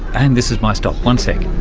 and this is my stop, one sec.